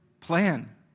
plan